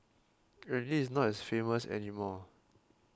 and it is not as famous anymore